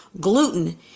gluten